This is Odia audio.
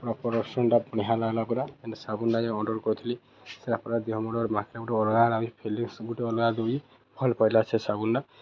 ପ୍ରପର ଅପ୍ସନଟା ବଢ଼ିଆଁ ଲାଗଲା ପୁରା ସାବୁନଟା ଯେନ୍ ଅର୍ଡ଼ର କରିଥିଲି ସେଇଟା ପୁରା ଦେହମୁଣ୍ଡରେ ମାଠିମୁଠା ଲଗାଲେ ଗୁଟେ ଅଲଗା ଫିଲିଙ୍ଗସ ଗୁଟେ ଅଲଗା ଭଲ୍ ପଡ଼ଲା ସେ ସାବୁନଟା